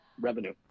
revenue